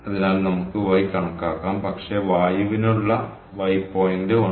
അതിനാൽ നമുക്ക് γ കണക്കാക്കാം പക്ഷേ വായുവിനുള്ള γ പോയിന്റ് 1